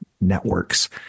networks